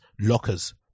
lockers